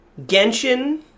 Genshin